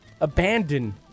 abandon